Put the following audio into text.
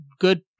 good